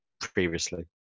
previously